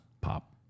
Pop